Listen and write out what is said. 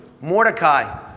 Mordecai